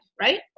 right